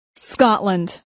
Scotland